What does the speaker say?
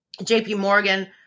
JPMorgan